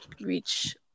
reach